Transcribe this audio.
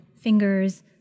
fingers